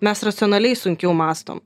mes racionaliai sunkiau mąstom